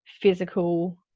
physical